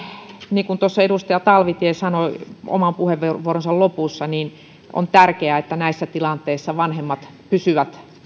niin kuin edustaja talvitie sanoi oman puheenvuoronsa lopussa on tärkeää että näissä tilanteissa vanhemmat pysyvät